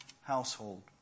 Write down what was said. household